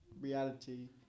reality